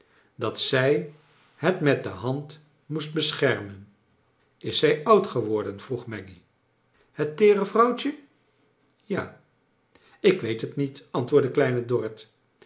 dat zij het met de hand moest beschermen is zij oud geworden vroeg maggy het teere vrouwtje ja ik weet het niet antwoordde kleine dorrit